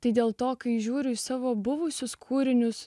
tai dėl to kai žiūriu į savo buvusius kūrinius